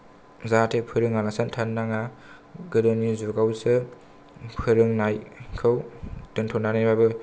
जाहाथे फोरोङालासेनो थानो नाङा गोदोनि जुगावसो फोरोंनायखौ दोन्थ'नानैबाबो